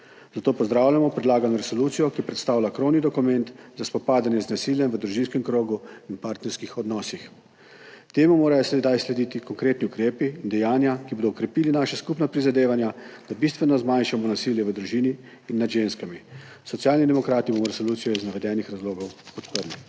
zato pozdravljamo predlagano resolucijo, ki predstavlja krovni dokument za spopadanje z nasiljem v družinskem krogu in partnerskih odnosih. Temu morajo sedaj slediti konkretni ukrepi in dejanja, ki bodo okrepili naša skupna prizadevanja, da bistveno zmanjšamo nasilje v družini in nad ženskami. Socialni demokrati bomo resolucijo iz navedenih razlogov podprli.